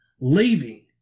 leaving